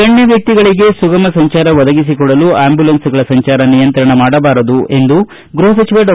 ಗಣ್ಯ ವ್ಯಕ್ತಿಗಳಿಗೆ ಸುಗಮ ಸಂಚಾರ ಒದಗಿಸಿಕೊಡಲು ಆಂಬ್ಯುಲೆನ್ಸ್ಗಳ ಸಂಚಾರ ನಿಯಂತ್ರಣ ಮಾಡಬಾರದು ಎಂದು ಗೃಹ ಸಚಿವ ಡಾ